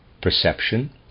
perception